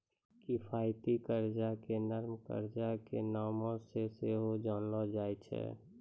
किफायती कर्जा के नरम कर्जा के नामो से सेहो जानलो जाय छै